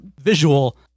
visual